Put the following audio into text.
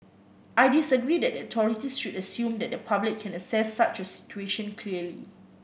I disagree that the authorities should assume that the public can assess such a situation clearly